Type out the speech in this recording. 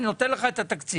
אני נותן לך את התקציב,